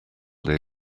they